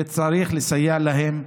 וצריך לסייע להם.